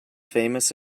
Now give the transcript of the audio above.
famous